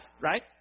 right